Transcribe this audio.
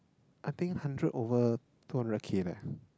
I think hundred over two hundred K leh